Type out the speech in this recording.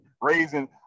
raising